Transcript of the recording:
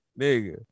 Nigga